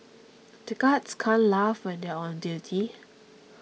the guards can't laugh when they are on duty